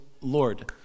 Lord